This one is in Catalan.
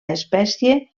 espècie